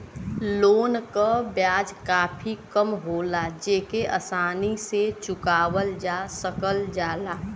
loan क ब्याज काफी कम होला जेके आसानी से चुकावल जा सकल जाला